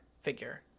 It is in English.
figure